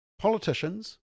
politicians